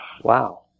Wow